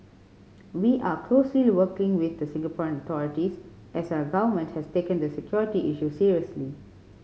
we are closely working with the Singaporean authorities as our government has taken the security issue seriously